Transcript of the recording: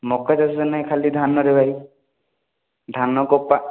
ମକା ଚାଷ ତ ନାଇଁ ଖାଲି ଧାନରେ ଭାଇ ଧାନ କପା